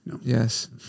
Yes